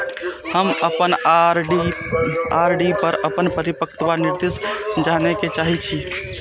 हम अपन आर.डी पर अपन परिपक्वता निर्देश जाने के चाहि छी